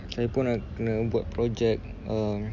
saya pun nak kena buat project um